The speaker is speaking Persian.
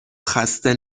خسته